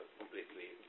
completely